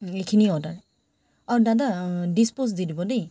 এইখিনি অৰ্ডাৰ অঁ দাদা ডিছপ'জ দি দিব দেই